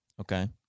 Okay